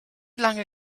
lange